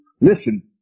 listen